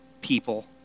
people